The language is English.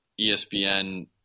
ESPN